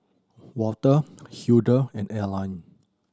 Walter Hildur and Arline